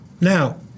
Now